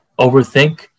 overthink